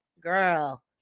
girl